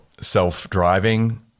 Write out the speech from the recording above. self-driving